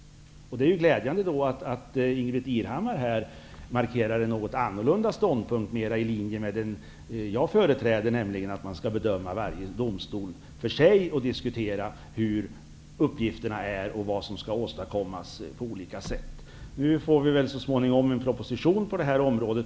Det är glädjande att Ingbritt Irhammar markerar en något annorlunda ståndpunkt mera i linje med den jag förträder, nämligen att varje domstol skall bedömas för sig enligt vilka uppgifterna är och vad som skall åstadkommas. Nu får vi väl så småningom en proposition på området.